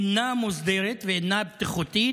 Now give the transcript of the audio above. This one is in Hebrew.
אינה מוסדרת ואינה בטיחותית,